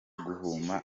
guhuma